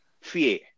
fear